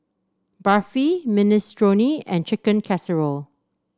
Barfi Minestrone and Chicken Casserole